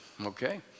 Okay